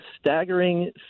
staggering